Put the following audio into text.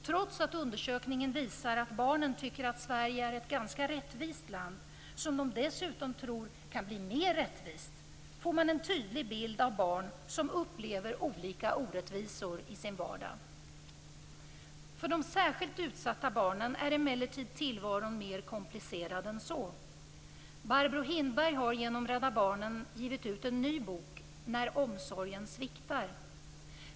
Trots att undersökningen visar att barnen tycker att Sverige är ett ganska rättvist land, som de dessutom tror kan bli mer rättvist, får man en tydlig bild av barn som upplever olika orättvisor i sin vardag. För de särskilt utsatta barnen är emellertid tillvaron mer komplicerad än så. Barbro Hindberg har genom Rädda Barnen givit ut en ny bok När omsorgen sviktar.